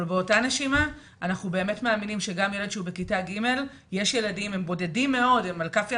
אבל באותה נשימה אנחנו באמת מאמינים שגם ילד בכיתה ג' או בכיתה ד'